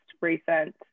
recent